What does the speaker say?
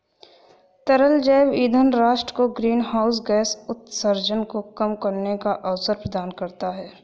तरल जैव ईंधन राष्ट्र को ग्रीनहाउस गैस उत्सर्जन को कम करने का अवसर प्रदान करता है